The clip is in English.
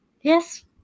Yes